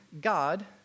God